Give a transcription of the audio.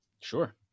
Sure